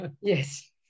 Yes